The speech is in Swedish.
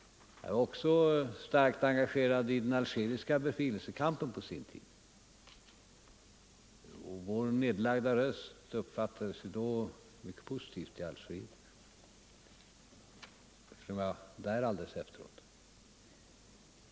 Jag var också på sin tid starkt engagerad i den algeriska befrielsekampen. Vår nedlagda röst uppfattades då mycket positivt i Algeriet — det vet jag, eftersom jag var där alldeles efteråt.